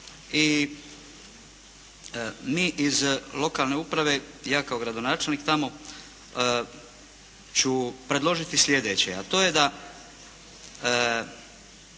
I mi iz lokalne uprave, ja kao gradonačelnik tamo ću predložiti sljedeće, a to je da